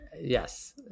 Yes